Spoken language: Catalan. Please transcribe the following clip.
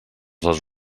les